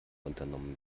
unternommen